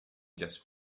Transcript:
just